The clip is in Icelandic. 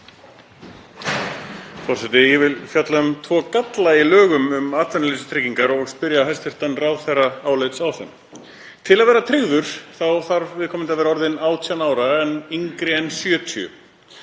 Forseti. Ég vil fjalla um tvo galla í lögum um atvinnuleysistryggingar og spyrja hæstv. ráðherra álits á þeim. Til að vera tryggður þarf viðkomandi að vera orðinn 18 ára en yngri en 70